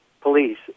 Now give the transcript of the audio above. police